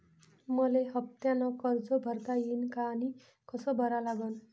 मले हफ्त्यानं कर्ज भरता येईन का आनी कस भरा लागन?